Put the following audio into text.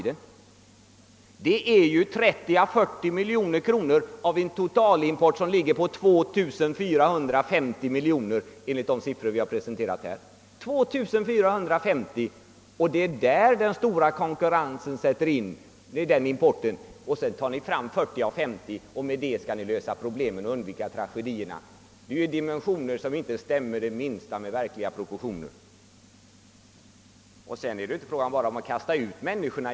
Dessa 30 eller 40 miljoner skall jämföras med en total textilimport på 2 450 miljoner enligt de siffror vi har presenterat här. Det är med den importen som den stora konkurrensen sätter in. Men ni angriper en import på 40 å 50 miljoner och skall därmed lösa problemen och undvika tragedier. Det är dimensioner som inte det minsta stämmer med de verkliga proportionerna. Vidare är det inte bara fråga om att »kasta ut» människor.